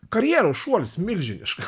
karjeros šuolis milžiniškas